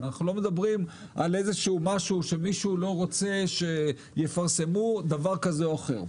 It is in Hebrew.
לא מדברים על משהו שמישהו לא רוצה שיפרסמו דבר כזה או אחר.